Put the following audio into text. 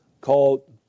called